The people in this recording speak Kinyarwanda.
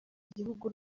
gihugu